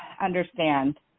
understand